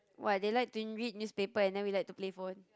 what they like to read newspaper and then we like to play phone